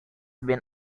been